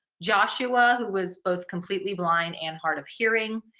joshua, who was both completely blind and hard of hearing,